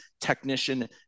technician